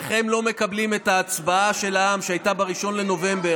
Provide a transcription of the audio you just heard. איך הם לא מקבלים את ההצבעה של העם שהייתה ב-1 בנובמבר,